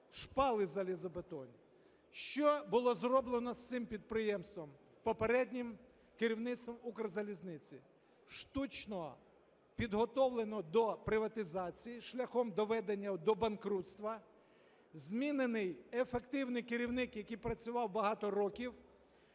шпали залізобетонні. Що було зроблено з цим підприємством попереднім керівництвом Укрзалізниці? Штучно підготовлено до приватизації шляхом доведення його до банкрутства; змінений ефективний керівник, який працював багато років.